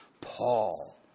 Paul